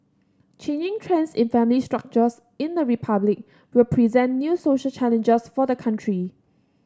changing trends in family structures in the Republic will present new social challenges for the country